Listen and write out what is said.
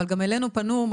אבל גם אלינו פנו,